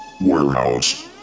warehouse